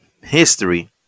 history